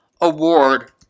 Award